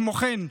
כמו כן,